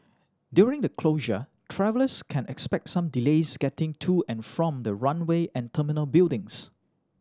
during the closure travellers can expect some delays getting to and from the runway and terminal buildings